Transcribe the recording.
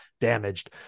damaged